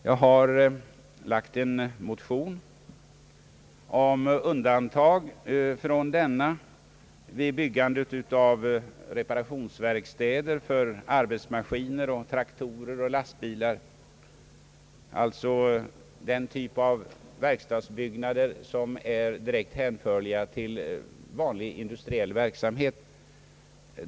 Jag har väckt en motion om undantag från denna avgift vid byggandet av reparationsverkstäder för arbetsmaskiner, traktorer och lastbilar, alltså den typ av verkstadsbyggnader som är direkt hänförlig till vanlig industriell verksamhet.